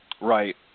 Right